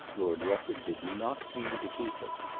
lord rufford did not mean to keep it.